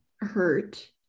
hurt